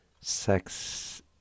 sex